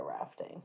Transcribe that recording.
rafting